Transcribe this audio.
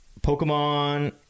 Pokemon